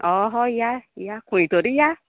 हय हय या खंयतरी या